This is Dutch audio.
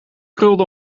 krulde